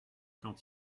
quand